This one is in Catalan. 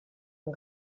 amb